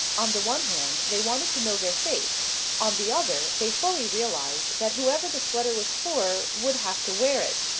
on the one hand, they wanted to know their fate on the other, they fully realized that whoever the sweater was for would have to wear it.